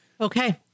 Okay